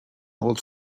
old